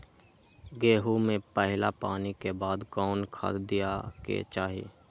गेंहू में पहिला पानी के बाद कौन खाद दिया के चाही?